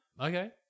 Okay